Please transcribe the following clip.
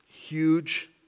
huge